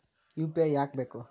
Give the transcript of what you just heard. UPI ಯಾಕ್ ಬೇಕು?